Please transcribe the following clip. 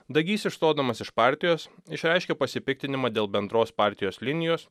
dagys išstodamas iš partijos išreiškė pasipiktinimą dėl bendros partijos linijos